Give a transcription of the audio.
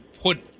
put